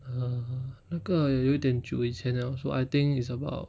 err 那个有一点久以前 liao so I think it's about